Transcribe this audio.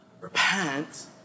Repent